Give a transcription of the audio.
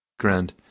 Grand